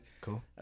Cool